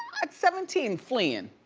at seventeen, fleeing.